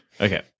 Okay